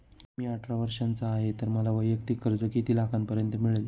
मी अठरा वर्षांचा आहे तर मला वैयक्तिक कर्ज किती लाखांपर्यंत मिळेल?